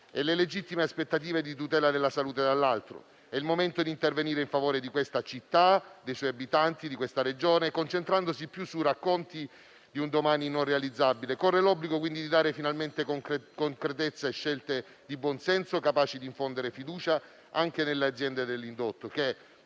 e alle legittime aspettative di tutela della salute, dall'altro. È il momento di intervenire in favore di questa città, dei suoi abitanti e di questa Regione, non concentrandosi più sui racconti di un domani non realizzabile. Corre l'obbligo di dare finalmente concretezza a scelte di buonsenso, capaci di infondere fiducia anche nelle aziende dell'indotto, che,